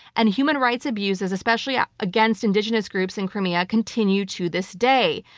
and human rights abuses, especially ah against indigenous groups in crimea, continue to this day.